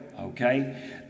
Okay